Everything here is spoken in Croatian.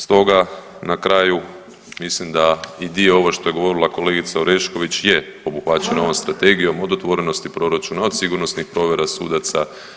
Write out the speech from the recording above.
Stoga na kraju mislim da i dio ovo što je govorila kolegica Orešković je obuhvaćeno ovom strategijom, od otvorenosti proračuna, od sigurnosnih provjera sudaca.